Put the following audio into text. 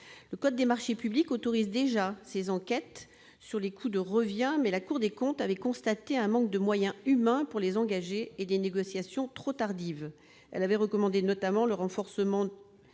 Le code des marchés publics autorise déjà ces enquêtes sur les coûts de revient, mais la Cour des comptes avait constaté un manque de moyens humains pour les engager et des négociations trop tardives. Elle avait recommandé notamment de renforcer et